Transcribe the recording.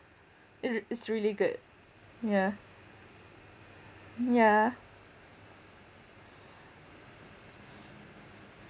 rea~ it's really good yeah yeah